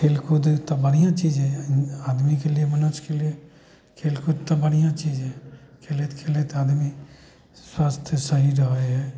खेलकूद तऽ बढ़िऑं चीज हइ आदमीके लिए मनुष्यके लिए खेलकूद तऽ बढ़िऑं चीज हइ खेलैत खेलैत आदमी स्वास्थ्य सही रहै हइ